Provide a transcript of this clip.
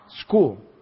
School